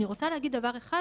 אני רוצה להגיד דבר אחד,